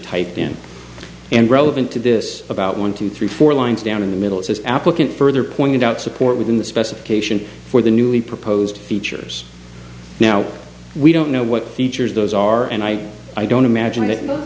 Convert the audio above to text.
typed in and relevant to this about one two three four lines down in the middle it says applicant further pointed out support within the specification for the newly proposed features now we don't know what features those are and i i don't imagine